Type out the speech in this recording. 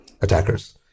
attackers